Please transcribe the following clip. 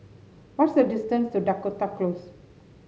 what is the distance to Dakota Close